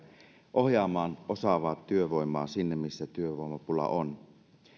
ohjaamaan osaavaa työvoimaa sinne missä työvoimapulaa on